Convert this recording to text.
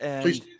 Please